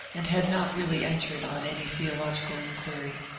and had not really entered on any theological inquiry.